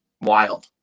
Wild